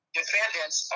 defendants